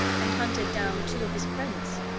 and hunted down two of his friends.